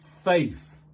faith